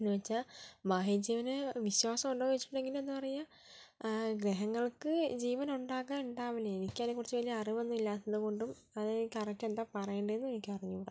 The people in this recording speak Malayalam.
എന്ന് വെച്ചാൽ ബാഹ്യ ജീവൻ വിശ്വാസം ഉണ്ടോയെന്ന് ചോദിച്ചിട്ടുണ്ടെങ്കിൽ എന്താ പറയുക ഗ്രഹങ്ങൾക്ക് ജീവൻ ഉണ്ടാകാൻ ഉണ്ടാകില്ല എനിക്ക് അതിനെ കുറിച്ച് വലിയ അറിവ് ഒന്നുമില്ല അതുകൊണ്ടും അതായത് കറക്റ്റ് എന്താ പറയേണ്ടതെന്നും എനിക്ക് അറിഞ്ഞു കൂട